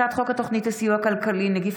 הצעת חוק התוכנית לסיוע כלכלי (נגיף